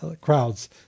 crowds